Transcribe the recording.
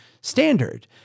standard